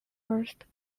first